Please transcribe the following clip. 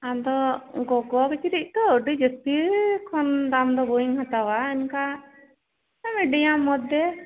ᱟᱫᱚ ᱜᱚᱜᱚ ᱠᱤᱪᱨᱤᱡ ᱛᱚ ᱟᱹᱰᱤ ᱡᱟᱹᱥᱛᱤ ᱠᱷᱚᱱ ᱫᱟᱢ ᱫᱚ ᱵᱟᱹᱧ ᱦᱟᱛᱟᱣᱟ ᱚᱱᱠᱟ ᱢᱤᱰᱤᱭᱟᱢ ᱢᱚᱫᱫᱷᱮ